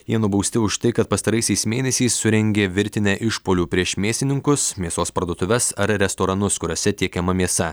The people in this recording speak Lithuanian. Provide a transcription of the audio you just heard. jie nubausti už tai kad pastaraisiais mėnesiais surengė virtinę išpuolių prieš mėsininkus mėsos parduotuves ar restoranus kuriuose tiekiama mėsa